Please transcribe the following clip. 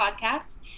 Podcast